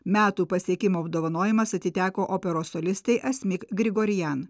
metų pasiekimo apdovanojimas atiteko operos solistei asmik grigorian